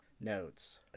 notes